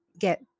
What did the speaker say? get